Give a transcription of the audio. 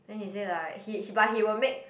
then he say like he he but he will make